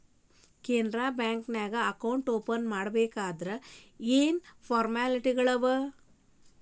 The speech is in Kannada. ಕೆನರಾ ಬ್ಯಾಂಕ ನ್ಯಾಗ ಅಕೌಂಟ್ ಓಪನ್ ಮಾಡ್ಬೇಕಂದರ ಯೇನ್ ಫಾರ್ಮಾಲಿಟಿಗಳಿರ್ತಾವ?